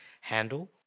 handle